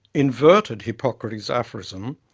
inverted hippocrates' aphorism,